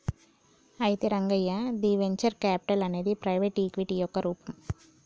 అయితే రంగయ్య ది venture capital అనేది ప్రైవేటు ఈక్విటీ యొక్క రూపం